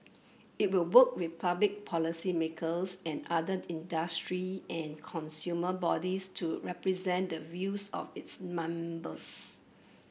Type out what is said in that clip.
it will work with public policymakers and other industry and consumer bodies to represent the views of its members